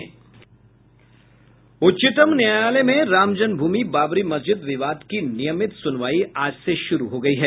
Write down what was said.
उच्चतम न्यायालय में रामजन्म भूमि बाबरी मस्जिद विवाद की नियमित सुनवाई आज से शुरु हो गई है